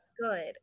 good